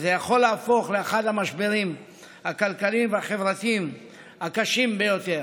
וזה יכול להפוך לאחד המשברים הכלכליים והחברתיים הקשים ביותר.